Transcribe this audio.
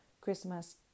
Christmas